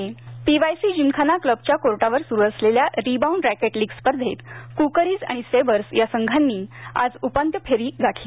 rebound racket PYC gymkhana क्लबच्या कोर्टवर सुरु असलेल्या रिबाउंड रॅकेट लीग स्पर्धेत कुकरीज आणि सेबर्स या संघांनी आज उपांत्य फेरी गाठली